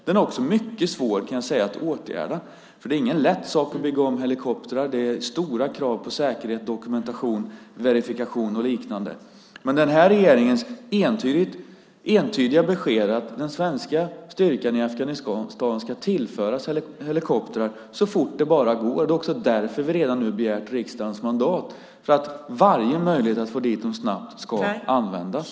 Den är också mycket svår, kan jag säga, att åtgärda. Det är ingen lätt sak att bygga om helikoptrar. Det är stora krav på säkerhet, dokumentation, verifikation och liknande. Men den här regeringens entydiga besked är att den svenska styrkan i Afghanistan ska tillföras helikoptrar så fort det bara går. Det är också därför vi redan nu begär riksdagens mandat för att varje möjlighet att få dit dem snabbt ska användas.